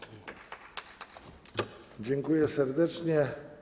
Dziękuję serdecznie.